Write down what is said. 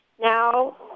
now